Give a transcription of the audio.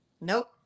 Nope